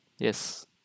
Yes